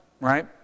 right